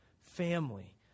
family